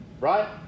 right